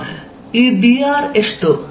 ಈ dr ಎಷ್ಟು